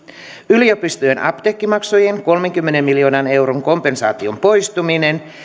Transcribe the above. yliopistojen apteekkimaksujen kolmenkymmenen miljoonan euron kompensaation poistuminen